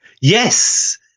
Yes